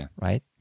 right